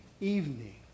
evening